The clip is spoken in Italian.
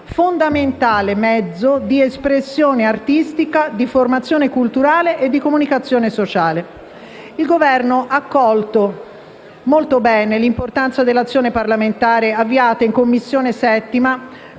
fondamentale mezzo di espressione artistica, di formazione culturale e di comunicazione sociale. Il Governo ha colto l'importanza dell'azione parlamentare avviata in 7a Commissione con il